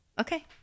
okay